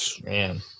Man